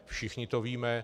Všichni to víme.